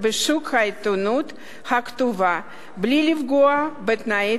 בשוק העיתונות הכתובה בלי לפגוע בתנאי